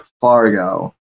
Fargo